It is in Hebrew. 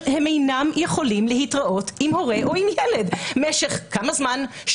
הם אינם יכולים להתראות עם הורה או עם ילד וזה במשך שנה,